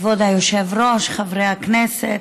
כבוד היושב-ראש, חברי הכנסת,